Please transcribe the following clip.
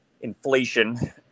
inflation